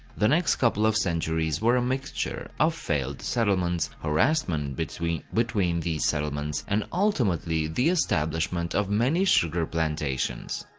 the next couple of centuries were a mixture of failed settlements, harassment between between these settlements and ultimately the establishment of many sugar plantations.